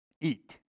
eat